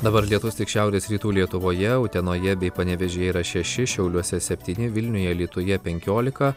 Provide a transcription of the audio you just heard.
dabar lietus tik šiaurės rytų lietuvoje utenoje bei panevėžyje yra šeši šiauliuose septyni vilniuj alytuje penkiolika